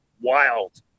wild